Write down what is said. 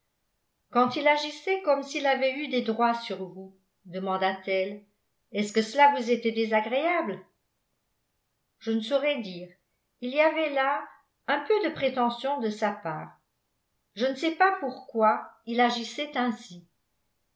quand il agissait comme s'il avait eu des droits sur vous demanda-t-elle est-ce que cela vous était désagréable je ne saurais dire il y avait là un peu de prétention de sa part je ne sais pas pourquoi il agissait ainsi